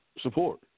support